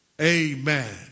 amen